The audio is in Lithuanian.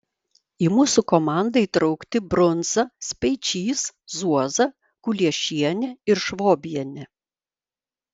į mūsų komandą įtraukti brunza speičys zuoza kuliešienė ir švobienė